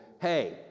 hey